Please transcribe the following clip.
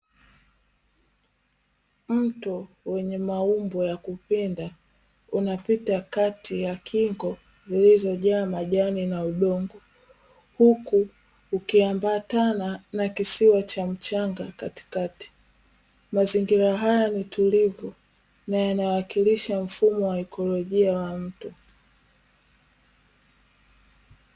Mto wenye maumbo ya kupinda unapita kati ya kingo zilizojaa majani na udongo, huku ukiambatana na kisiwa cha mchanga katikati. Mazingira haya ni tulivu na yanawakilisha mfumo wa ikolojia wa mto.